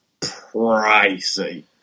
pricey